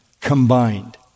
combined